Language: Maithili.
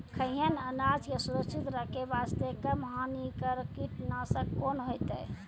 खैहियन अनाज के सुरक्षित रखे बास्ते, कम हानिकर कीटनासक कोंन होइतै?